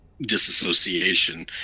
disassociation